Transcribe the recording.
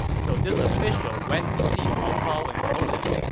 so this official went to see cao cao and told him,